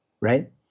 right